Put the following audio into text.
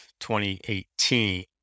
2018